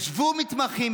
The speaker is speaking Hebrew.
ישבו מתמחים,